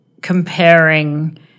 comparing